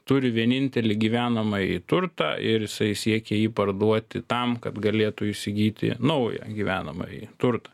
turi vienintelį gyvenamąjį turtą ir jisai siekia jį parduoti tam kad galėtų įsigyti naują gyvenamąjį turtą